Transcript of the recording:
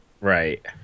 Right